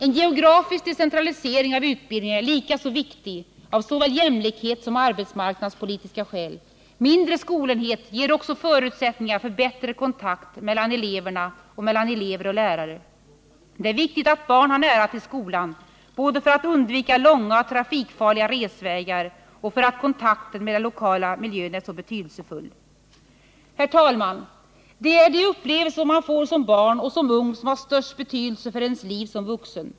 En geografisk decentralisering av utbildningen är likaså viktig, av såväl jämlikhetssom arbetsmarknadspolitiska skäl. Mindre skolenheter ger också förutsättningar för bättre kontakt mellan eleverna och mellan elever och lärare. Det är viktigt att barn har nära till skolan, både för att undvika långa och trafikfarliga resvägar och för att kontakten med den lokala miljön är så betydelsefull. Herr talman! Det är de upplevelser man får som barn och som ung som har den största betydelsen för ens liv som vuxen.